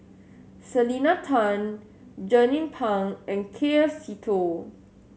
Selena Tan Jernnine Pang and K F Seetoh